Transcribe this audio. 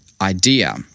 idea